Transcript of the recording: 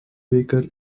baker